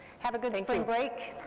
have a good spring break,